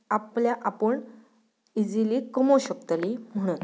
आपल्या आपूण इजिली कमोवंक शकतलीं म्हणून